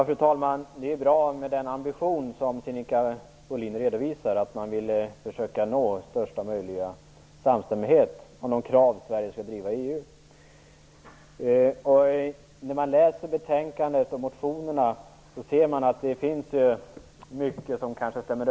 Fru talman! Det är en bra ambition, som Sinika Bohlin redovisar, att försöka nå största möjliga samstämmighet om de krav som Sverige skall driva i EU. När man läser betänkandet och motionerna ser man att det finns mycket som överensstämmer.